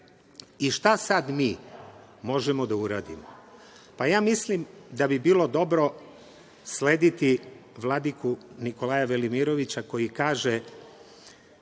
sad mi možemo da uradimo? Mislim da bi bilo dobro slediti vladiku Nikolaja Velimirovića koji kaže